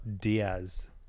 Diaz